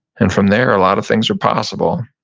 and from there, a lot of things are possible.